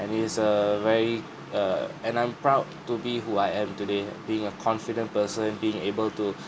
and it's a very err and I'm proud to be who I am today being a confident person being able to